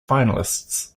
finalists